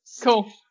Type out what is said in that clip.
Cool